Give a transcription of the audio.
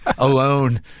alone